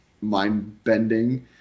mind-bending